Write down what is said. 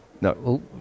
No